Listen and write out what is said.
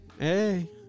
hey